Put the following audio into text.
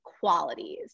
qualities